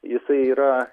jisai yra